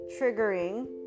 triggering